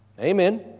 Amen